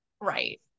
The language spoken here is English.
right